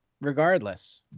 regardless